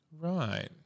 Right